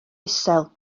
isel